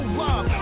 love